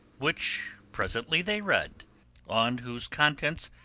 which presently they read on whose contents,